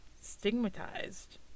stigmatized